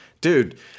dude